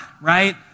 right